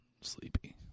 sleepy